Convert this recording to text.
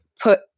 put